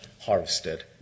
harvested